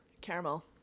caramel